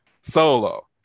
Solo